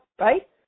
right